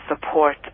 support